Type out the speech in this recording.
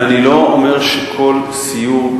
אני לא אומר שכל סיור,